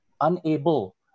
unable